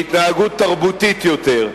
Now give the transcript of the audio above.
שיעור בחינוך, להתנהגות תרבותית יותר.